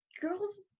girls